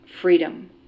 freedom